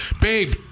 Babe